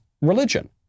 religion